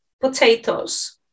potatoes